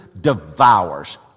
devours